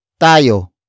tayo